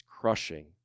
crushing